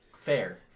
Fair